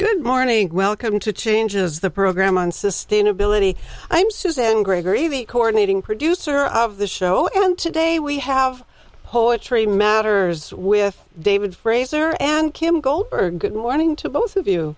good morning welcome to changes the program on sustainability i'm susan gregory the coordinating producer of the show and today we have poetry matters with david fraser and kim goldberg good morning to both of you